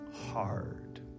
hard